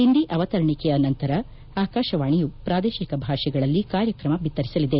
ಹಿಂದಿ ಅವತರಣಿಕೆಯ ನಂತರ ಆಕಾಶವಾಣಿಯ ಪ್ರಾದೇಶಿಕ ಭಾಷೆಗಳಲ್ಲಿ ಕಾರ್ಯಕ್ರಮ ಬಿತ್ತರಿಸಲಿದೆ